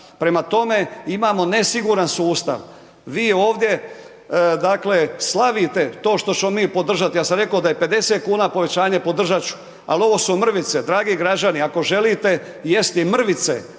Prema tome, imamo nesiguran sustav. Vi ovdje, dakle slavite to što ćemo mi podržat. Ja sam reko da je 50,00 kn povećanje, podržat ću, al ovo su mrvice. Dragi građani, ako želite jesti mrvice